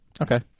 Okay